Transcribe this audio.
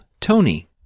Tony